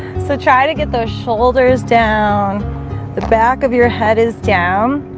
so try to get those shoulders down the back of your head is down.